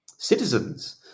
citizens